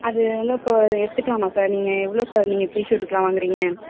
அது வந்து இப்போ எட்த்துக்கலாமா சார் நீங்கள் எவ்வளோ சார் நீங்கள் ப்ரீ ஷூட்டுக்குலாம் வாங்குறிங்க